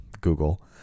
Google